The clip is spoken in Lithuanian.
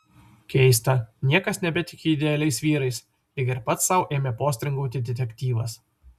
keista niekas nebetiki idealiais vyrais lyg ir pats sau ėmė postringauti detektyvas